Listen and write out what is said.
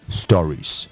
stories